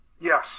Yes